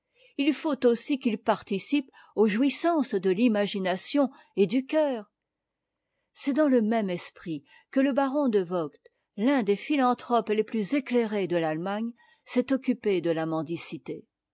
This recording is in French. il faut aussi qu'ils participent aux jouissances de l'imagination et du coeur c'est dans le même esprit que des philanthropes très éclairés se sont occupés de la mendicité